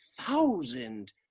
thousand